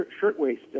Shirtwaist